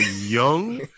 young